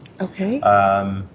Okay